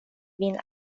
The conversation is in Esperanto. vin